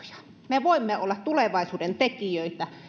me voimme olla tulevaisuuden tekijöitä